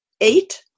eight